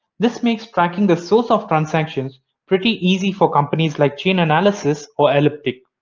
this makes tracking the source of transactions pretty easy for companies like chainanalysis or elliptic.